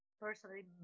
personally